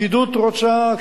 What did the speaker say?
הפקידות רוצה,